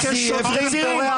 מכה שוטרים.